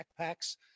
backpacks